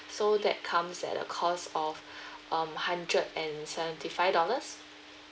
so that comes at a cost of um hundred and seventy five dollars